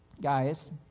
guys